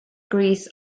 grease